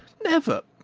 never,